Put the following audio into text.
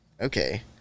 okay